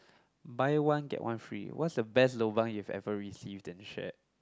buy one get one free what's the best lobang you've ever received and shared